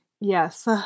Yes